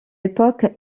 époque